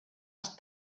els